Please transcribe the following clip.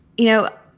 you know,